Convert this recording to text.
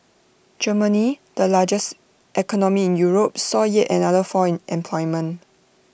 Germany the largest economy in Europe saw yet another fall in employment